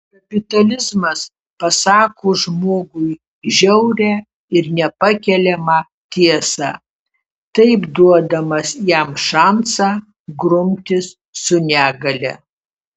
kapitalizmas pasako žmogui žiaurią ir nepakeliamą tiesą taip duodamas jam šansą grumtis su negalia